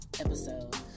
Episode